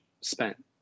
spent